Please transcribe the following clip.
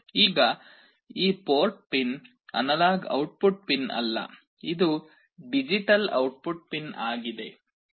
ಈಗ ಈ port pin analogue output pin ಅಲ್ಲ ಇದು ಡಿಜಿಟಲ್ ಔಟ್ಪುಟ್ ಪಿನ್ ಆಗಿದೆ